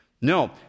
No